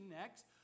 next